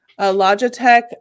Logitech